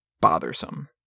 bothersome